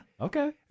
okay